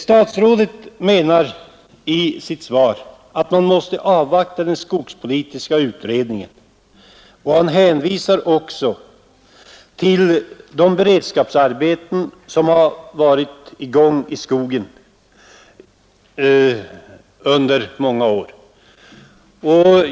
Statsrådet menar i sitt svar att man måste avvakta den skogspolitiska utredningen, och han hänvisar också till de beredskapsarbeten som varit i gång i skogen under många år.